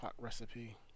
recipe